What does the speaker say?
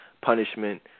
Punishment